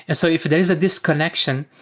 and so if there's a disconnection,